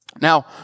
Now